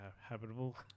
habitable